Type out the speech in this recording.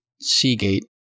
Seagate